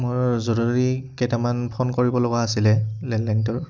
মোৰ জৰুৰী কেইটামান ফোন কৰিবলগা আছিলে লেণ্ডলাইনটোৰ